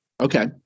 Okay